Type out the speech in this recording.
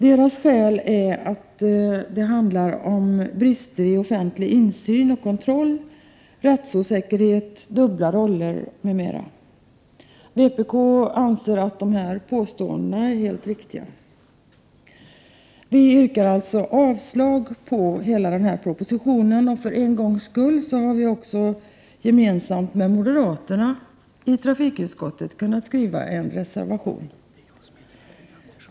Deras skäl är att det handlar om brister i offentlig insyn och kontroll, rättsosäkerhet, dubbla roller m.m. Vpk anser att dessa påståenden är helt riktiga. Vi yrkar alltså avslag på hela den här propositionen. För en gångs skull har vi gemensamt med moderaterna i trafikutskottet kunnat skriva en reservation.